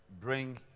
bring